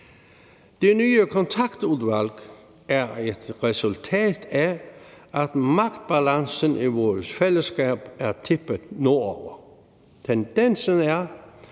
Det nye kontaktudvalg er et resultat af, at magtbalancen i vores fællesskab er tippet nordover. Tendensen er,